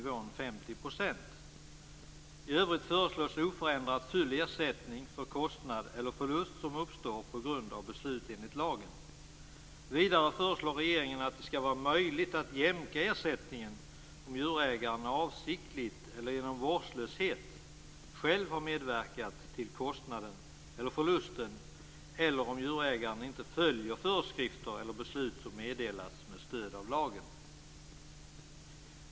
Vidare föreslår regeringen att det skall vara möjligt att jämka ersättningen om djurägaren avsiktligt eller genom vårdslöshet själv har medverkat till kostnaden eller förlusten eller om djurägaren inte följer föreskrifter eller beslut som meddelas med stöd av lagen.